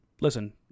listen